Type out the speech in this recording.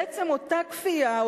בעצם אותה כפייה,